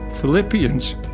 Philippians